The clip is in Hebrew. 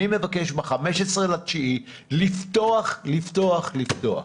אני מבקש ב-15.9 לפתוח לפתוח לפתוח.